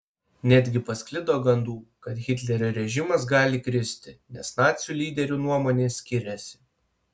netgi pasklido gandų kad hitlerio režimas gali kristi nes nacių lyderių nuomonės skiriasi